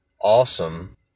awesome